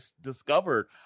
discovered